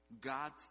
God